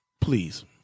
please